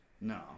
No